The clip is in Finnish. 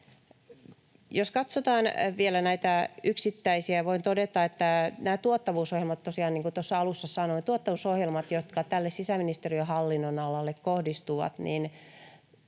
Jos katsotaan vielä näitä yksittäisiä, voin todeta tosiaan näistä tuottavuusohjelmista, jotka sisäministeriön hallinnonalalle kohdistuvat,